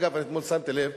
אגב, אתמול שמתי לב